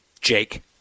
Jake